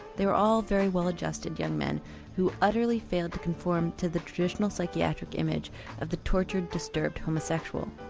they were all very well adjusted young men who utterly failed to conform to the traditional psychiatric image of the tortured, disturbed homosexual.